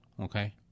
okay